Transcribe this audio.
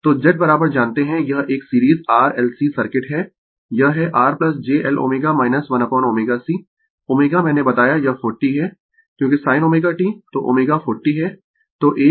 Refer Slide Time 0020 तो Z जानते है यह एक series R L C circuit है यह है R j L 1ω C ω मैंने बताया यह 40 है क्योंकि sin ω t